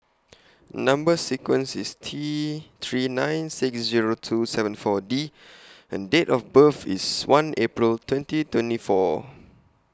Number sequence IS T three nine six Zero two seven four D and Date of birth IS one April twenty twenty four